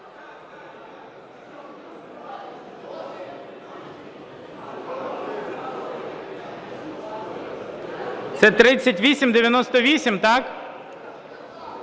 Це 3898, так?